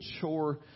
chore